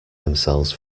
themselves